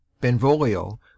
benvolio